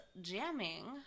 jamming